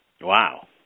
Wow